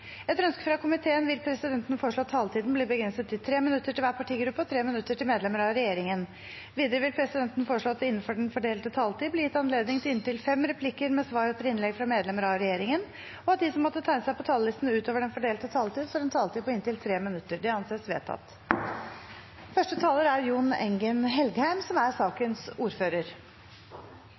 Etter ønske fra kommunal- og forvaltningskomiteen vil presidenten foreslå at taletiden blir begrenset til 3 minutter til hver partigruppe og 3 minutter til medlemmer av regjeringen. Videre vil presidenten foreslå at det – innenfor den fordelte taletid – blir gitt anledning til inntil fem replikker med svar etter innlegg fra medlemmer av regjeringen, og at de som måtte tegne seg på talerlisten utover den fordelte taletid, også får en taletid på inntil 3 minutter. – Det anses vedtatt. Jeg vil først takke komiteen for konstruktivt arbeid i denne saken, som